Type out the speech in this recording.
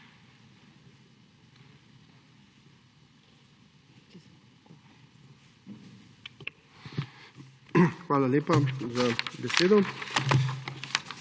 Hvala lepa za besedo.